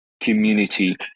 community